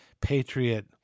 patriot